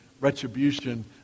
retribution